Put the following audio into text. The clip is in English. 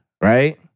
Right